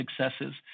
successes